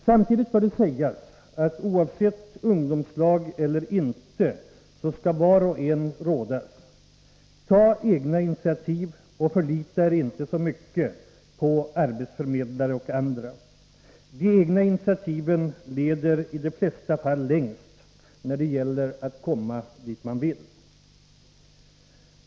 Samtidigt bör det sägas att, oavsett om han eller hon är i ungdomslag eller inte, skall var och en ges rådet: Ta egna initiativ och förlita er inte så mycket på arbetsförmedlare och andra! De egna initiativen leder i de flesta fallen längst när det gäller att komma dit man vill.